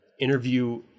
interview